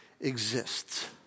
exists